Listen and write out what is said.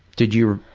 did you,